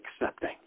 accepting